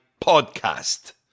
podcast